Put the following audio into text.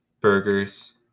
burgers